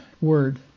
word